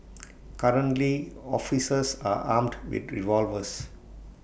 currently officers are armed with revolvers